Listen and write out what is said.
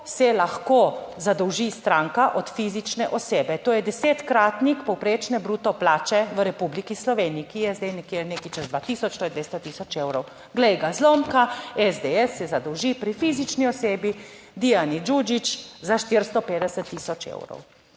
se lahko zadolži stranka od fizične osebe, to je desetkratnik povprečne bruto plače v Republiki Sloveniji, ki je zdaj nekje nekaj čez 2 tisoč, to je 200 tisoč evrov. Glej ga zlomka, SDS se zadolži pri fizični osebi Dijani Đuđić za 450 tisoč evrov.